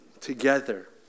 together